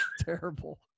terrible